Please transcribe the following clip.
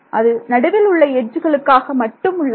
அது நடுவில் உள்ள எட்ஜ்களுக்காக மட்டும் உள்ளது